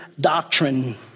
doctrine